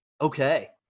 Okay